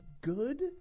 good